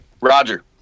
Roger